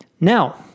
Now